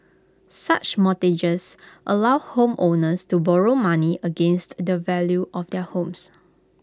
such mortgages allow homeowners to borrow money against the value of their homes